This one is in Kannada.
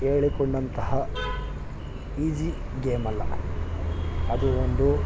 ಏಳಿಕೊಂಡಂತಹ ಈಜಿ ಗೇಮಲ್ಲ ಅದು ಒಂದು